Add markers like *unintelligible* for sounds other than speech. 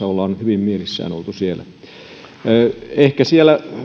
*unintelligible* ollaan oltu siellä hyvin mielissään ehkä siellä